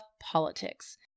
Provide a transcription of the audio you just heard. politics